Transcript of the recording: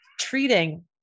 treating